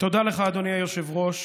תודה לך, אדוני היושב-ראש.